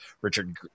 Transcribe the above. Richard